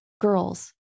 girls